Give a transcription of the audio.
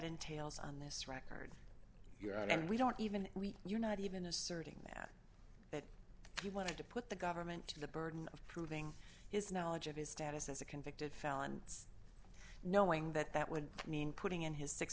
entails on this record and we don't even we you're not even asserting that that he wanted to put the government to the burden of proving his knowledge of his status as a convicted felon and knowing that that would mean putting in his six